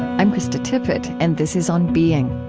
i'm krista tippett and this is on being